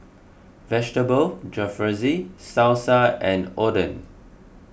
Vegetable Jalfrezi Salsa and Oden